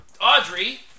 Audrey